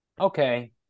okay